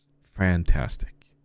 fantastic